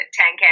10K